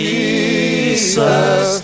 Jesus